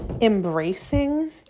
embracing